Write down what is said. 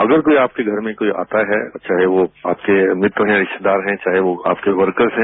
अगर कोई आपके घर में कोई आता है तो चाहे वह आपके मित्र हैं रिश्तेदार हैं चाहे वह आपके वर्कर्स हैं